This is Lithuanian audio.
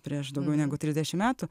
prieš daugiau negu trisdešim metų